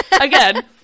again